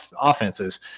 offenses